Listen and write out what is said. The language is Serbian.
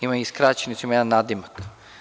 Ima i skraćenicu, ima i jedan nadimak.